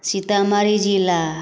सीतामढ़ी जिला